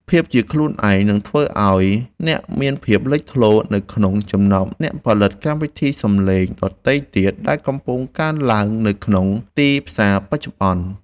ភាពជាខ្លួនឯងនឹងធ្វើឱ្យអ្នកមានភាពលេចធ្លោនៅក្នុងចំណោមអ្នកផលិតកម្មវិធីសំឡេងដទៃទៀតដែលកំពុងកើនឡើងនៅក្នុងទីផ្សារបច្ចុប្បន្ន។